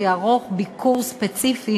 שיערוך ביקור ספציפי